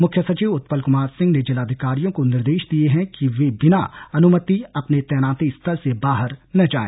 मुख्य सचिव उत्पल कुमार सिंह ने जिलाधिकारियों को निर्देश दिए हैं कि वे बिना अनुमति अपने तैनाती स्थल से बाहर न जाए